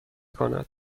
کند